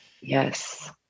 yes